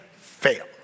fail